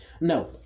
no